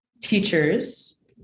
teachers